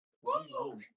Whoa